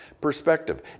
Perspective